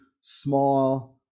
small